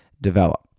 develop